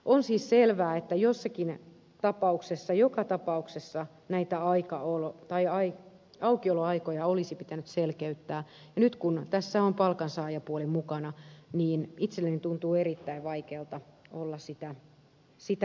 on siis selvää että jossakin tapauksessa joka tapauksessa näitä aika hullu tai hain aukioloaikoja olisi pitänyt selkeyttää ja nyt kun tässä on palkansaajapuoli mukana niin itselleni tuntuu erittäin vaikealta olla sitä kannattamatta